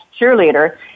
Cheerleader